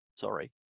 sorry